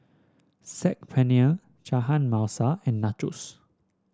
Saag Paneer Chana Masala and Nachos